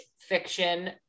fiction